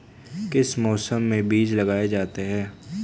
किस मौसम में बीज लगाए जाते हैं?